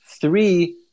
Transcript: three